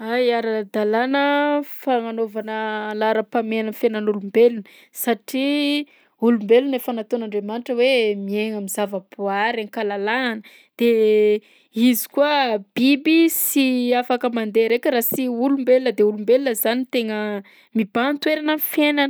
Ay, ara-dalàna fagnanaovana laharam-pahamehana ny fiainan'olombelona satria olombelona efa nataon'Andriamanitra hoe miaigna am'zavaboary ankalalahana, de izy koa biby sy afaka mandeha raika raha sy olombelona de olombelona zany tegna mimbahan-toerana am'fiainany.